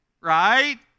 right